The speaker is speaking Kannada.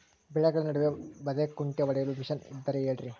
ಬೆಳೆಗಳ ನಡುವೆ ಬದೆಕುಂಟೆ ಹೊಡೆಯಲು ಮಿಷನ್ ಇದ್ದರೆ ಹೇಳಿರಿ